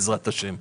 בעזרת השם,